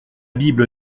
bible